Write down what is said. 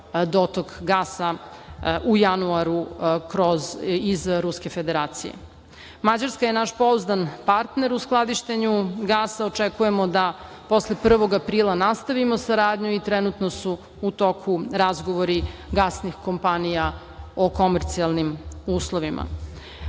dotok gasa u januaru iz Ruske Federacije. Mađarska je naš pouzdan partner u skladištenju gasa. Očekujemo da posle 1. aprila nastavimo saradnju i trenutno su u toku razgovori gasnih kompanija o komercijalnim uslovima. Projekat